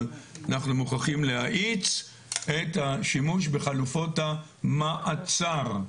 אבל אנחנו חייבים להאיץ את השימוש בחלופות המעצר.